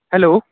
hello